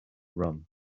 run